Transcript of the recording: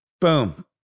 Boom